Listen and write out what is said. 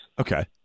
Okay